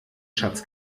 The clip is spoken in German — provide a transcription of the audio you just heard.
schatz